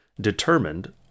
determined